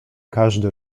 każdy